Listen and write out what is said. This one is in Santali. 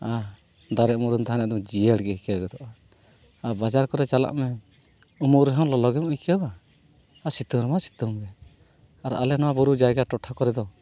ᱟᱦ ᱫᱟᱨᱮ ᱩᱢᱩᱞ ᱨᱮᱢ ᱛᱟᱦᱮᱱᱟ ᱮᱠᱫᱚᱢ ᱡᱤᱭᱟᱹᱲᱜᱮ ᱟᱹᱭᱠᱟᱹᱣ ᱜᱚᱫᱚᱜᱼᱟ ᱟᱨ ᱵᱟᱡᱟᱨ ᱠᱚᱨᱮ ᱪᱟᱞᱟᱜ ᱢᱮ ᱩᱢᱩᱞ ᱨᱮᱦᱚᱸ ᱞᱚᱞᱚᱜᱮᱢ ᱟᱹᱭᱠᱟᱹᱣᱟ ᱟᱨ ᱥᱤᱛᱩᱝ ᱨᱮᱢᱟ ᱥᱤᱛᱩᱝᱜᱮ ᱟᱨ ᱟᱞᱮ ᱱᱚᱣᱟ ᱵᱩᱨᱩ ᱡᱟᱭᱜᱟ ᱴᱚᱴᱷᱟ ᱠᱚᱨᱮ ᱫᱚ